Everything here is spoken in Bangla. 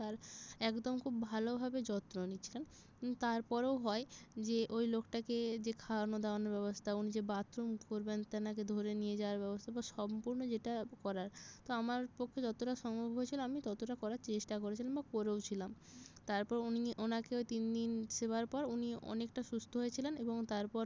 তার একদম খুব ভালোভাবে যত্ন নিচ্ছিলেন তারপরেও হয় যে ওই লোকটাকে যে খাওয়ানো দাওয়ানো ব্যবস্থা উনি যে বাথরুম করবেন তেনাকে ধরে নিয়ে যাওয়ার ব্যবস্থা বা সম্পূর্ণ যেটা করার তো আমার পক্ষে যতটা সম্ভব হয়েছিল আমি ততটা করার চেষ্টা করেছিলাম বা করেওছিলাম তারপর উনি ওনাকে ওই তিন দিন সেবার পর উনি অনেকটা সুস্থ হয়েছিলেন এবং তারপর